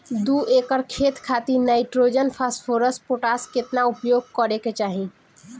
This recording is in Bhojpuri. दू एकड़ खेत खातिर नाइट्रोजन फास्फोरस पोटाश केतना उपयोग करे के चाहीं?